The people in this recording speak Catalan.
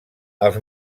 els